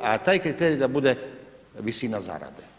a taj kriterij da bude visina zarade.